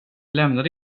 lämnade